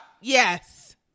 Yes